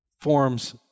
forms